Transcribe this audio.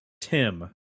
Tim